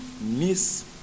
miss